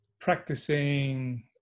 practicing